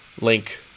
link